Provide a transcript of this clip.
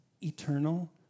eternal